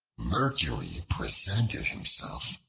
mercury presented himself,